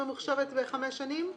שלום, חבר הכנסת עבד אל חכים חאג' יחיא,